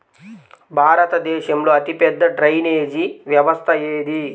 భారతదేశంలో అతిపెద్ద డ్రైనేజీ వ్యవస్థ ఏది?